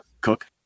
cook